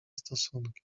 stosunki